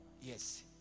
yes